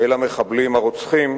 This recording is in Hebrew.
אל המחבלים הרוצחים,